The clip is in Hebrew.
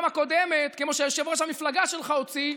הקודמת כמו שיושב-ראש המפלגה שלך הוציא,